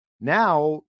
Now